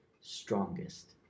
strongest